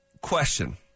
Question